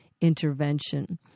intervention